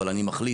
אבל אני מחליט,